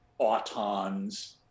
Autons